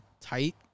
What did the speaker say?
tight